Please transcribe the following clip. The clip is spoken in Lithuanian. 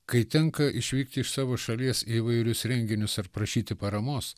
kai tenka išvykti iš savo šalies į įvairius renginius ir prašyti paramos